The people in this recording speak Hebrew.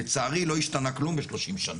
לצערי לא השתנה כלום ב-30 שנה.